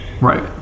Right